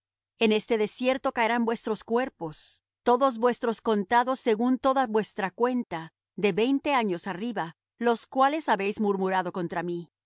en este desierto caerán vuestros cuerpos todos vuestros contados según toda vuestra cuenta de veinte años arriba los cuales habéis murmurado contra mí